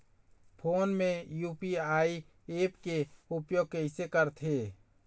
Phone मे UPI app के उपयोग कइसे करथे?